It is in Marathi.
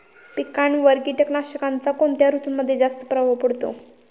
पिकांवर कीटकनाशकांचा कोणत्या ऋतूमध्ये जास्त प्रभाव पडतो?